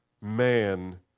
man